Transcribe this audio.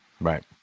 Right